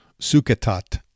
suketat